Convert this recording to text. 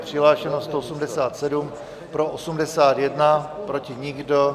Přihlášeno 187, pro 81, proti nikdo.